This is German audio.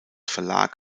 verlag